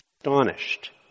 astonished